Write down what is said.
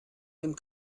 dem